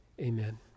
amen